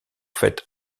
fêtes